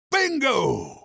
Bingo